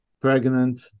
pregnant